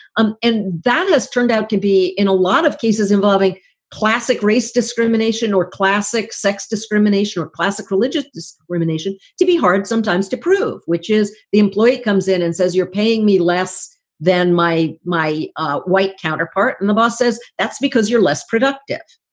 um and that has turned out to be in a lot of cases involving classic race discrimination or classic sex discrimination or classic religious discrimination to be hard sometimes to prove which is the employee comes in and says, you're paying me less than my my white counterpart. and the boss says that's because you're less productive.